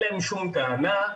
שום טענה.